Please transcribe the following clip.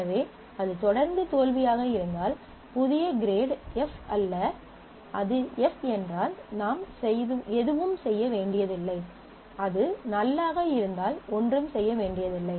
எனவே அது தொடர்ந்து தோல்வியாக இருந்தால் புதிய கிரேடு f அல்ல அது f என்றால் நாம் எதுவும் செய்ய வேண்டியதில்லை அது நல் ஆக இருந்தால் ஒன்றும் செய்ய வேண்டியதில்லை